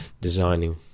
designing